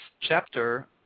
chapter